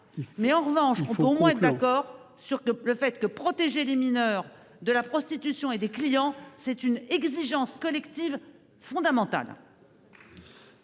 En revanche, on peut être d'accord sur le fait que protéger les mineurs de la prostitution et des clients est une exigence collective fondamentale.